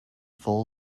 full